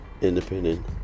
independent